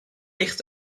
licht